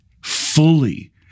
fully